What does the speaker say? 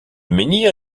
menhir